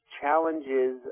challenges